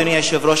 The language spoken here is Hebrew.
אדוני היושב-ראש,